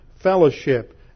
fellowship